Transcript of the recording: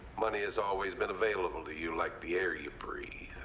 money has always been available to you, like the air you breathe.